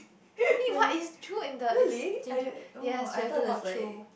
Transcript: I think what is true in the is changing yes you have to walk through